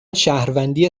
شهروندی